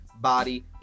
body